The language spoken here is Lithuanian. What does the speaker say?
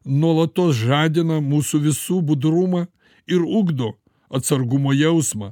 nuolatos žadina mūsų visų budrumą ir ugdo atsargumo jausmą